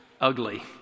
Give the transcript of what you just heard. ugly